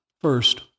First